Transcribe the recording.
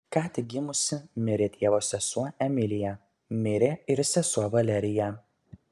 ką tik gimusi mirė tėvo sesuo emilija mirė ir sesuo valerija